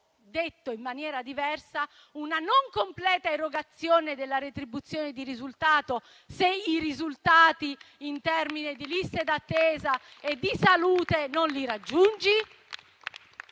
detto in maniera diversa, una non completa erogazione della retribuzione di risultato, se i risultati in termini di liste d'attesa e di salute non li raggiungi?